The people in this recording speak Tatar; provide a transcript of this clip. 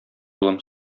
улым